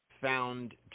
found